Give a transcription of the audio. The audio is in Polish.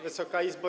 Wysoka Izbo!